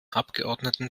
abgeordneten